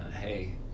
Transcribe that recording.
hey